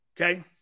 Okay